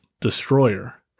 destroyer